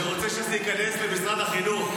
אני רוצה שזה ייכנס למשרד החינוך,